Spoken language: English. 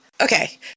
Okay